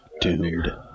dude